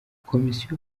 komisiyo